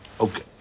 Okay